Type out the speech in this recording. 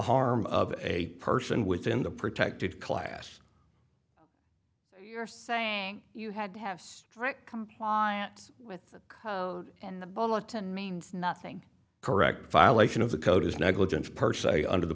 harm of a person within the protected class you're saying you had to have strict compliance with the code and the bulletin means nothing correct violation of the code is negligence per se under the